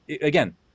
again